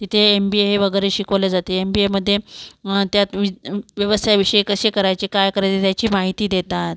तिथे M B A वगैरे शिकवले जाते एम बी एमध्ये त्यात व्यवसाय विषय कसे करायचे काय करायचे याची माहिती देतात